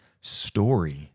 story